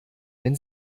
wenn